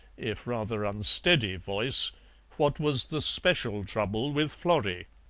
if rather unsteady, voice what was the special trouble with florrie.